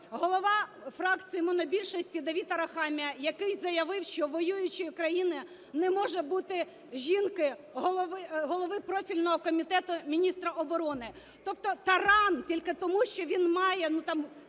голова фракції монобільшості Давид Арахамія, який заявив, що у воюючої країни не може бути жінки, голови профільного комітету, міністра оборони. Тобто Таран тільки тому, що він має